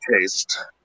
taste